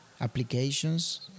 applications